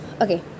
okay